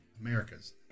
America's